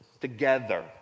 together